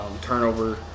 turnover